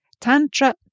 Tantra